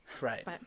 Right